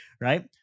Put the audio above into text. right